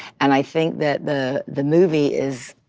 and i think that the the movie is,